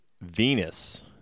Venus